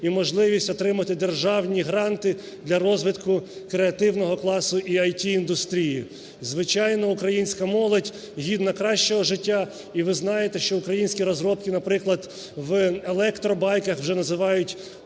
і можливість отримати державні гранти для розвитку креативного класу і IT-індустрії. Звичайно, українська молодь гідна кращого життя. І ви знаєте, що українські розробки, наприклад, в електробайках вже називають